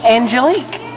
Angelique